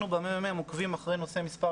אנחנו במרכז המחקר עוקבים אחרי נושא מספר